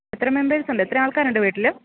എത്ര മെമ്പേഴ്സ് ഉണ്ട് എത്ര ആള്ക്കാർ ഉണ്ട് വീട്ടിൽ